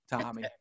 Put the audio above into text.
Tommy